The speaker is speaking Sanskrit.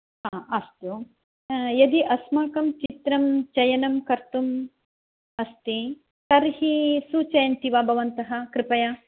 हा अस्तु यदि अस्माकंं चित्रं चयनं कर्तुम् अस्ति तर्हि सूचयन्ति वा भवन्तः कृपया